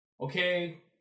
Okay